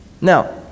Now